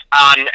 on